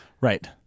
Right